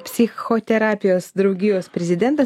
psichoterapijos draugijos prezidentas